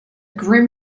grim